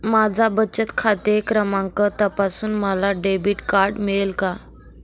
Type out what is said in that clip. माझा बचत खाते क्रमांक तपासून मला डेबिट कार्ड मिळेल का?